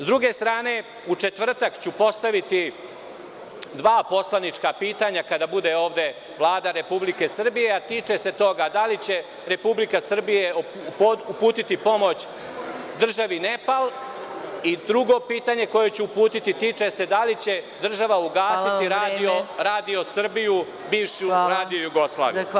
Sa druge strane, u četvrtak ću postaviti dva poslanička pitanja kada bude ovde Vlada Republike Srbije, a tiče se toga da li će Republika Srbija uputiti pomoć državi Nepal i drugo pitanje koje ću uputiti tiče se da li će država ugasiti „Radio Srbiju“, bivšu „Radio Jugoslaviju“